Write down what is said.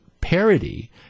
parody